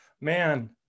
Man